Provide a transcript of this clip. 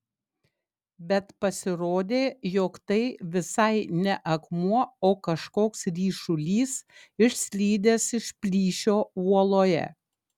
bet pasirodė jog tai visai ne akmuo o kažkoks ryšulys išslydęs iš plyšio uoloje